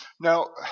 Now